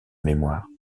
mémoire